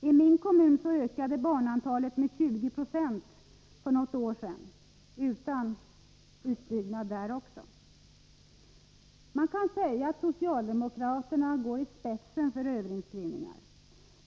I min kommun ökade barnantalet med 20 20 för något år sedan, också där utan utbyggnad. Man kan säga att socialdemokraterna går i spetsen för överinskrivningar.